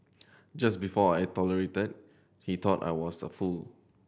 just before I tolerated he thought I was a fool